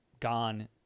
gone